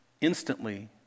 instantly